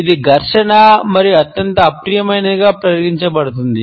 ఇది ఘర్షణ మరియు అత్యంత అప్రియమైనదిగా పరిగణించబడుతుంది